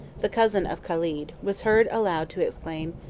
the cousin of caled, was heard aloud to exclaim,